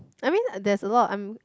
I mean there's a lot I'm